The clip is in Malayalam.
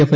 എഫ്